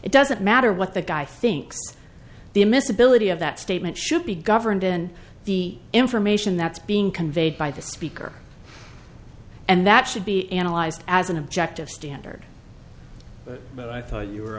it doesn't matter what the guy thinks the amiss ability of that statement should be governed in the information that's being conveyed by the speaker and that should be analyzed as an objective standard but i thought you were